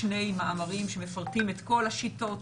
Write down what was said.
שני מאמרים שמפרטים את כל השיטות,